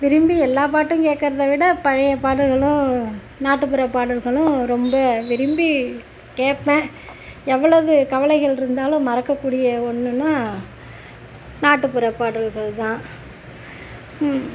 விரும்பி எல்லா பாட்டு கேட்குறத விட பழைய பாடல்களும் நாட்டுப்புற பாடல்களும் ரொம்ப விரும்பி கேட்பன் எவ்வளவு கவலைகள் இருந்தாலும் மறக்கக்கூடிய ஒன்றுனா நாட்டுப்புற பாடல்கள் தான்